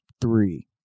three